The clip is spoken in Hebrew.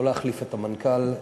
לא להחליף את המנכ"ל,